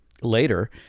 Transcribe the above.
later